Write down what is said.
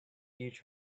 teach